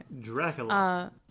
Dracula